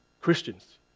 Christians